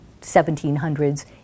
1700s